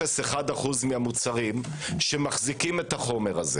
0.1 מהמוצרים שמחזיקים את החומר הזה